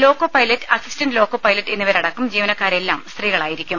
loco pilot assistant loco pilot എന്നിവരടക്കം ജീവനക്കാരെല്ലാം സ്ത്രീകളായിരിക്കും